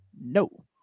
no